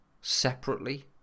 separately